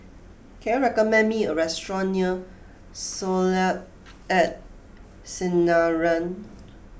can you recommend me a restaurant near Soleil at Sinaran